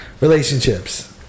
relationships